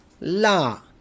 La